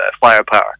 firepower